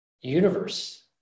universe